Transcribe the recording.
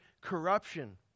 corruption